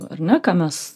ar ne ką mes